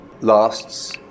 lasts